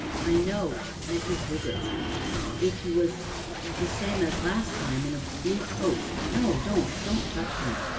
i know of his visits if he was the same as last time in a blue coat no, don't, don't touch me.